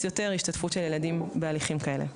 יותר השתתפות של ילדים בהליכים כאלה.